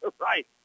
Right